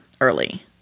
early